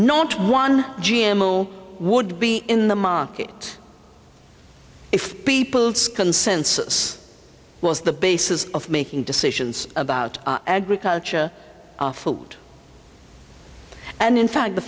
not one g m will would be in the market if people's consensus was the basis of making decisions about agriculture food and in fact the